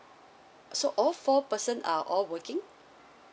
so all four person are all working